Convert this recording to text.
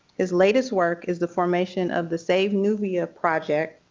his latest work is the formation of the save nubia project,